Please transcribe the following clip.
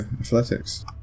athletics